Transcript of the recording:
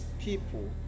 people